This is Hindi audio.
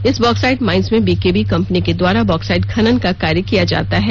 इस बॉक्साइट माइंस में बीकेबी कंपनी के द्वारा बॉक्साइट खनन का कार्य किया जाता है